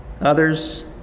others